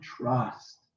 trust